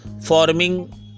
forming